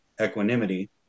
equanimity